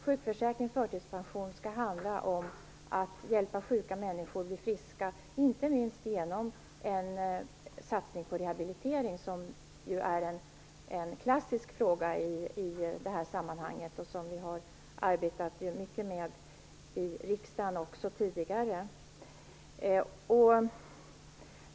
Sjukförsäkring och förtidspension skall handla om att hjälpa sjuka människor att bli friska, inte minst genom en satsning på rehabilitering, som ju är en klassisk fråga i det här sammanhanget och som vi har arbetat mycket med i riksdagen också tidigare.